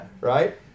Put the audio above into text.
Right